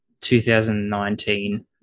2019